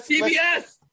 CBS